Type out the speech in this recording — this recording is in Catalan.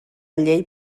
llei